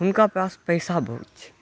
हुनका पास पैसा बहुत छै